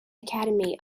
academy